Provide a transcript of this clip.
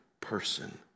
person